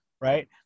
right